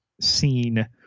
scene